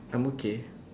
I'm okay